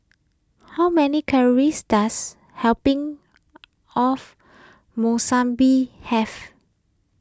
how many calories does helping of Monsunabe have